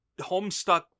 homestuck